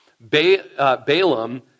Balaam